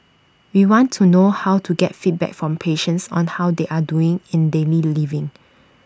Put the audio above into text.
we want to know how to get feedback from patients on how they are doing in daily living